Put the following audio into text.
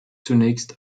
zunächst